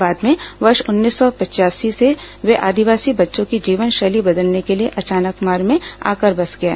बाद में वर्ष उन्नीस सौ पचयासी से वे आदिवासी बच्चों की जीवनशैली बदलने के लिए अचानकमार में आकर बस गए